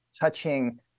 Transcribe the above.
touching